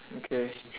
okay